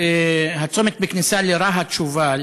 בכניסה לרהט שובל